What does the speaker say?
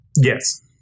Yes